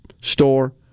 store